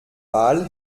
ball